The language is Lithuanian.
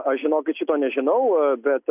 aš žinokit šito nežinau bet